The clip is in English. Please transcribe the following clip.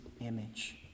image